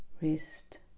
wrist